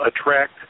attract